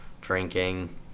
drinking